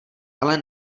ale